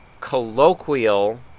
colloquial